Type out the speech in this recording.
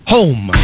Home